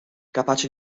capace